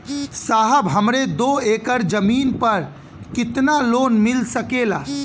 साहब हमरे दो एकड़ जमीन पर कितनालोन मिल सकेला?